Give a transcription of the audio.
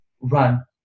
run